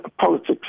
politics